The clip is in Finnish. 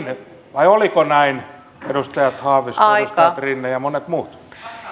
vai oliko näin edustaja haavisto edustaja rinne ja monet muut